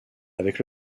avec